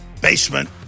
basement